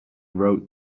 wrote